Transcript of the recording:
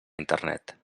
internet